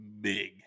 Big